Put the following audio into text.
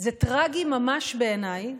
שזה טרגי ממש, בעיניי,